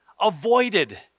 avoided